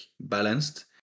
balanced